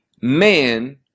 man